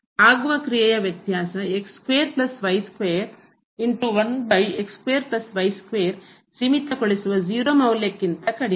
ಆಗುವ ಕ್ರಿಯೆಯ ವ್ಯತ್ಯಾಸ ಸೀಮಿತಗೊಳಿಸುವ 0 ಮೌಲ್ಯಕ್ಕಿಂತ ಕಡಿಮೆ